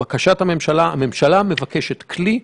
הממשלה מבקשת כלי.